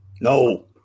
No